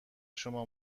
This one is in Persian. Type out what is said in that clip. شما